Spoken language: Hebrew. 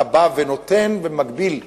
אתה נותן ומגביל,